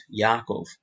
Yaakov